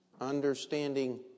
understanding